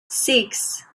six